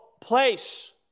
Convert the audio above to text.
place